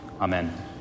Amen